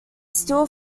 steal